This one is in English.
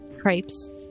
crepes